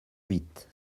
huit